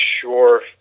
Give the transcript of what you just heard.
sure